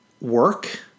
work